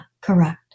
correct